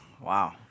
Wow